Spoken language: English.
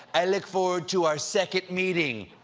i look forward to our second meeting